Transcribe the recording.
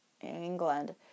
England